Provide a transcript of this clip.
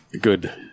good